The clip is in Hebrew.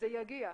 זה יגיע,